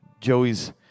Joey's